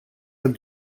have